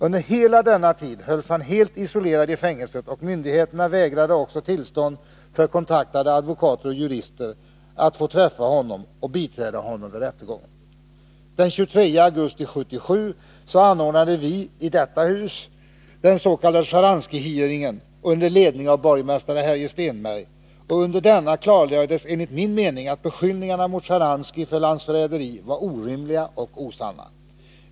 Under hela denna tid hölls han helt isolerad i fängelset, och myndigheterna vägrade också tillstånd för kontaktade advokater och jurister att träffa honom och biträda honom vid rättegången. Den 23 augusti 1977 anordnade vi i detta hus den s.k. Shcharanskyhearingen under ledning av borgmästare Härje Stenberg, och under denna klarlades enligt min mening att beskyllningarna mot Shcharansky för landsförräderi var orimliga och osanna.